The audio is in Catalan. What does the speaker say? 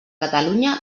catalunya